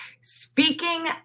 Speaking